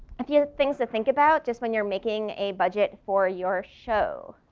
a few things to think about just when you're making a budget for your show.